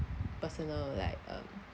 personal like um